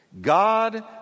God